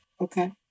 Okay